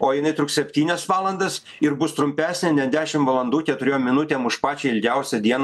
o jinai truks septynias valandas ir bus trumpesnė net dešim valandų keturiom minutėm už pačią ilgiausią dieną